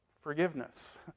Forgiveness